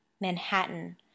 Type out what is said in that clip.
Manhattan